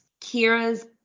Kira's